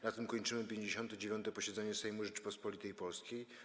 Na tym kończymy 59. posiedzenie Sejmu Rzeczypospolitej Polskiej.